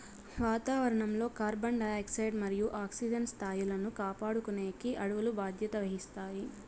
వాతావరణం లో carbon dioxide మరియు ఆక్సిజన్ స్థాయిలను కాపాడుకునేకి అడవులు బాధ్యత వహిస్తాయి